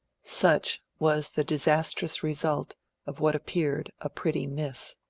such was the disastrous result of what appeared a pretty myth.